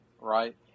right